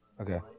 Okay